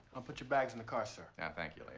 i'll put your bags in the car, sir. and thank you, leon.